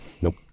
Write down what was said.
nope